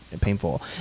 painful